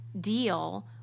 deal